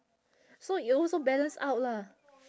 so it also balance out lah